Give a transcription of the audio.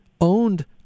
owned